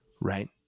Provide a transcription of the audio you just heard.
right